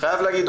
חייב להגיד,